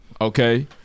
Okay